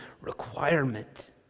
requirement